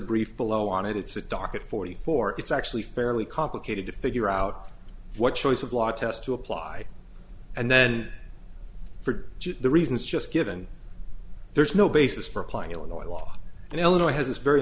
brief follow on it's a docket forty four it's actually fairly complicated to figure out what choice of law test to apply and then for the reasons just given there's no basis for applying illinois law and illinois has this very